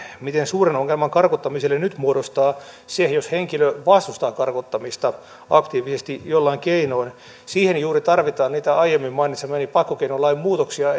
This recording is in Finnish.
miten suuren ongelman karkottamiselle nyt muodostaa se jos henkilö vastustaa karkottamista aktiivisesti jollain keinoin siihen juuri tarvitaan niitä aiemmin mainitsemiani pakkokeinolain muutoksia